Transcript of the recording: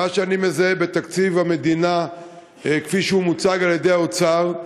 מה שאני מזהה בתקציב המדינה כפי שהוא מוצג על-ידי האוצר,